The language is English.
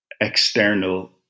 external